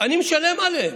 אני משלם עליהם.